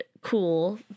cool